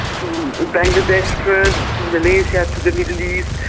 to bangladesh first, to malaysia, to the middle east,